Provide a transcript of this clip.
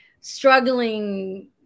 struggling